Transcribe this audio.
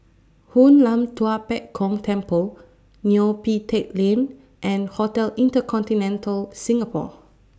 Hoon Lam Tua Pek Kong Temple Neo Pee Teck Lane and Hotel InterContinental Singapore